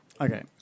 Okay